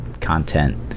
content